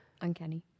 uncanny